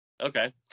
Okay